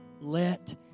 Let